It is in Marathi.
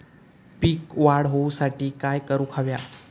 पीक वाढ होऊसाठी काय करूक हव्या?